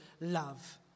love